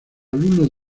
alumnos